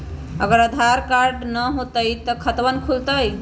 अगर आधार न होई त खातवन खुल जाई?